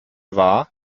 war